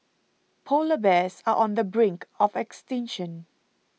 Polar Bears are on the brink of extinction